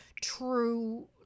true